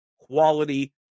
quality